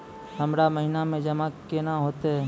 हमरा महिना मे जमा केना हेतै?